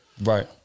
Right